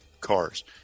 cars